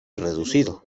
reducido